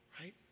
right